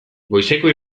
goizeko